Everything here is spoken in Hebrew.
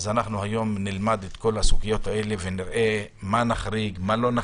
היום נלמד את כל הסוגיות האלה ונראה מה נחריג ומה לא,